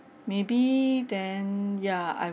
maybe then ya I